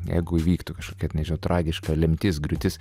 jeigu įvyktų kažkokia nežinau tragiška lemtis griūtis